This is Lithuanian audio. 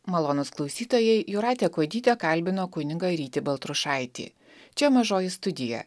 malonūs klausytojai jūratė kuodytė kalbino kunigą rytį baltrušaitį čia mažoji studija